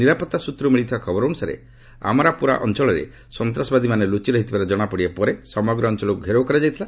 ନିରାପତ୍ତା ସ୍ନତ୍ରରୁ ମିଳିଥିବା ଖବର ଅନୁସାରେ ଆରାମ୍ପୋରା ଅଞ୍ଚଳରେ ସନ୍ତାସବାଦୀମାନେ ଲୁଚି ରହିଥିବାର ଜଣାପଡ଼ିବା ପରେ ସମଗ୍ର ଅଞ୍ଚଳକୁ ଘେରାଓ କରାଯାଇଥିଲା